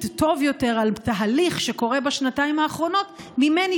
על תהליך שקורה בשנתיים האחרונות טוב יותר ממני,